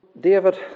David